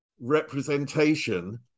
representation